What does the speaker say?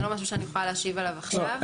זה לא משהו שאני יכולה להשיב עליו עכשיו.